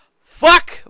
fuck